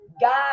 God